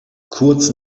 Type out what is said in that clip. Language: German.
kurz